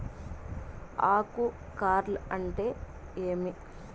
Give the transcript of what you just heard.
ఆకు కార్ల్ అంటే ఏమి?